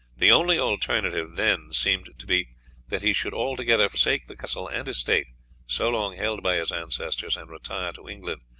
the only alternative then seemed to be that he should altogether forsake the castle and estate so long held by his ancestors, and retire to england,